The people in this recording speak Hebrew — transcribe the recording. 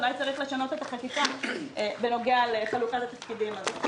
אולי צריך לקבל את החקיקה בנוגע לחלוקת התפקידים הזו.